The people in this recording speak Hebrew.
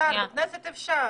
בכנסת אפשר.